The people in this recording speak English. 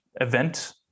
event